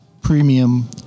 premium